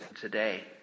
today